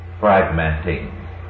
fragmenting